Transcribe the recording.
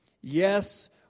Yes